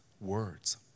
words